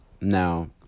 Now